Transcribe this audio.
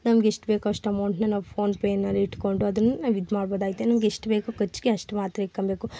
ನಮ್ಗೆ ಎಷ್ಟು ಬೇಕು ಅಷ್ಟು ಅಮೌಂಟ್ನ ನಾವು ಫೋನ್ ಪೇನಲ್ಲಿ ಇಟ್ಕೊಂಡು ಅದನ್ನ ನಾವು ಇದು ಮಾಡ್ಬೋದಾಗಿದೆ ನಮ್ಗೆ ಎಷ್ಟು ಬೇಕು ಖರ್ಚಿಗೆ ಅಷ್ಟು ಮಾತ್ರ ಇಕ್ಕೋಬೇಕು